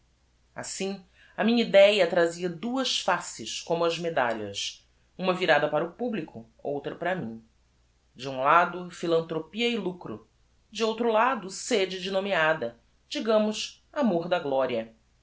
assim a minha idéa trazia duas faces como as medalhas uma virada para o publico outra para mim de um lado philanthropia e lucro de outro lado sêde de nomeada digamos amor da gloria